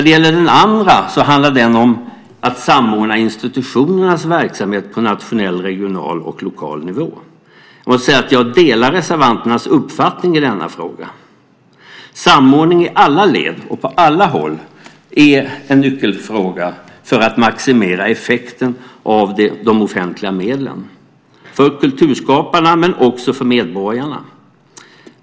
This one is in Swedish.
Den andra reservationen handlar om att samordna institutionernas verksamhet på nationell, regional och lokal nivå. Jag delar reservanternas uppfattning i denna fråga. Samordning i alla led och på alla håll är en nyckelfråga för att maximera effekten av de offentliga medlen för kulturskaparna men också för medborgarna.